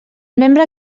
membre